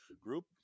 group